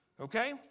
Okay